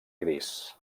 gris